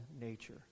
nature